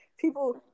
people